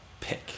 pick